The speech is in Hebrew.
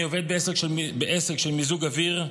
אני עובד בעסק של מיזוג אוויר.